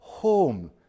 Home